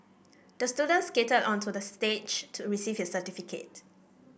the student skated onto the stage to receive his certificate